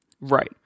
Right